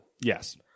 Yes